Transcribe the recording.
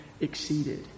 exceeded